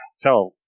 tell